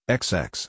xx